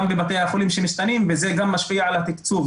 בבתי החולים שמשתנים וזה משפיע גם על התקצוב,